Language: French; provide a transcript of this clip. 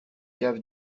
caves